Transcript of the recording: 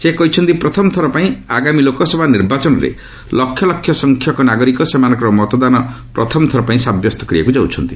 ସେ କହିଛନ୍ତି ପ୍ରଥମଥର ପାଇଁ ଆଗାମୀ ଲୋକସଭା ନିର୍ବାଚନରେ ଲକ୍ଷଲକ୍ଷ ସଂଖ୍ୟକ ନାଗରିକ ସେମାନଙ୍କର ମତଦାନ ପ୍ରଥମଥର ପାଇଁ ସାବ୍ୟସ୍ତ କରିବାକୁ ଯାଉଛନ୍ତି